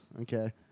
Okay